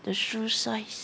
the shoe size